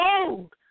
old